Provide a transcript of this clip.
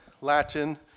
Latin